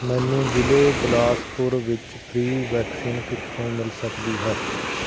ਮੈਨੂੰ ਜ਼ਿਲ੍ਹੇ ਬਿਲਾਸਪੁਰ ਵਿੱਚ ਫ੍ਰੀ ਵੈਕਸੀਨ ਕਿੱਥੋਂ ਮਿਲ ਸਕਦੀ ਹੈ